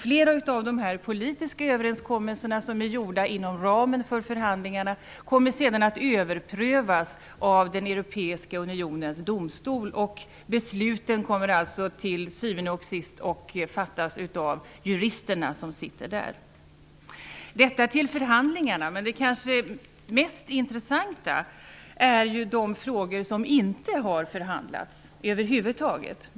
Flera av de politiska överenskommelser som är gjorda inom ramen för förhandlingarna kommer alltså att överprövas av den europeiska unionens domstol, och besluten kommer till syvende och sist att fattas av de jurister som sitter där. Men det mest intressanta är ju de frågor som över huvud taget inte har förhandlats.